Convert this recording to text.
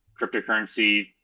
cryptocurrency